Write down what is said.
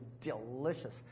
delicious